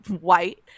white